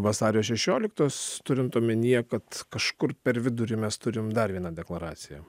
vasario šešioliktos turint omenyje kad kažkur per vidurį mes turim dar vieną deklaraciją